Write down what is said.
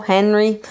Henry